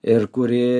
ir kuri